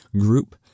Group